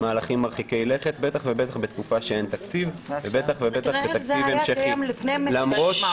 מהלכים מרחיקי לכת ובטח בתקופה שאין תקציב ובטח כשאין תקציב ממשלתי